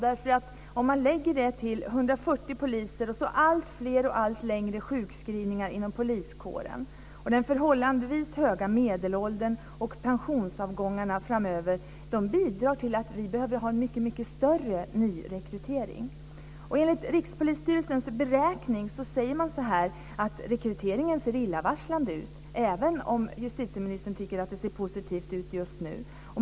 Dessa 140 poliser ska ses mot alltfler och allt längre sjukskrivningar inom poliskåren, den förhållandevis höga medelåldern och pensionsavgångarna framöver. De bidrar till att vi behöver ha en mycket större nyrekrytering. Enligt Rikspolisstyrelsens beräkning ser rekryteringen illavarslande ut, även om justitieministern tycker att det ser positivt ut just nu.